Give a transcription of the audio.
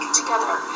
together